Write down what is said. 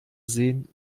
seen